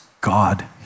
God